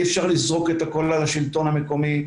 אי אפשר לזרוק את הכול על השלטון המקומי.